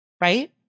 Right